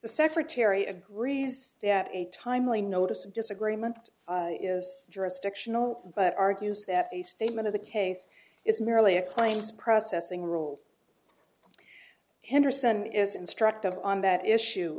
the secretary agrees that a timely notice of disagreement is jurisdictional but argues that a statement of the case is merely a claims processing rule anderson is instructive on that issue